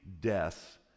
death